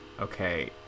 okay